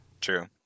True